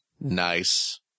Nice